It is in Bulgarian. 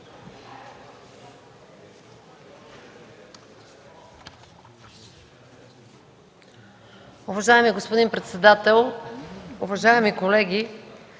Уважаеми господин председател, уважаеми колеги!